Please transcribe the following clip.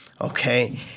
okay